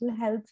health